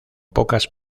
pocas